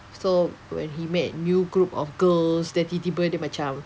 so when he met new group of girls then tiba tiba dia macam